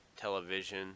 television